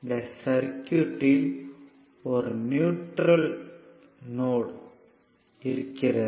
இந்த சர்க்யூட்யில் ஒரு நியூட்ரல் நோட் இருக்கிறது